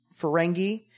Ferengi